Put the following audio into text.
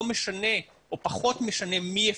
לא משנה או פחות משנה מי יפקח,